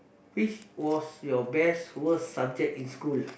which was your best worst subject in school